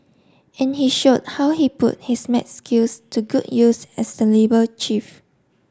and he showed how he put his maths skills to good use as the labour chief